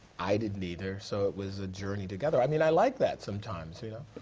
i didn't either. so it was a journey together. i mean i like that sometimes, you know.